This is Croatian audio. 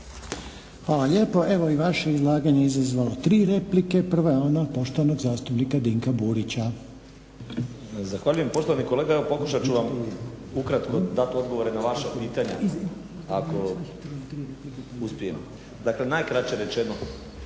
Hvala lijepo. Evo vaše izlaganje je izazvalo tri replike. Prva je ona poštovanog zastupnika Dinka Burića. **Burić, Dinko (HDSSB)** Zahvaljujem. Poštovani kolega evo pokušat ću vam ukratko dat odgovore na vaša pitanja ako uspije. Dakle najkraće rečeno.